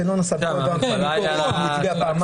זה לא --- ביקורת אם הוא הצביע פעמיים.